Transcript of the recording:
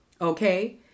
Okay